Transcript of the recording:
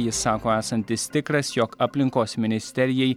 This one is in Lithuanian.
jis sako esantis tikras jog aplinkos ministerijai